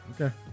Okay